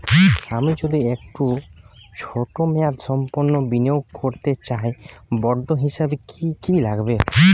আমি যদি একটু ছোট মেয়াদসম্পন্ন বিনিয়োগ করতে চাই বন্ড হিসেবে কী কী লাগবে?